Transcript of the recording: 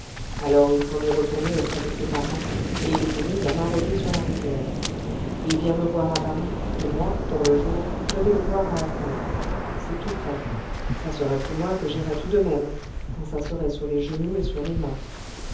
alors il s'en est retourné auprès de ses parents et il s'est mis à marauder sur la rivière il vient me voir à paris et moi dans le jour je vais le voir à asnières c'est tout près ça serait plus loin que j'irais tout de même quand ça serait sur les genoux et sur les mains